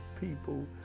People